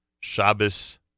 Shabbos